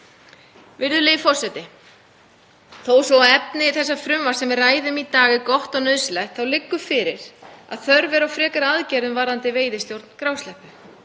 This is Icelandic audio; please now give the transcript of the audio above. Virðulegi forseti. Þó svo að efni þess frumvarps sem við ræðum í dag sé gott og nauðsynlegt þá liggur fyrir að þörf er á frekari aðgerðum varðandi veiðistjórn grásleppu.